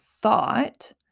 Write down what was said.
thought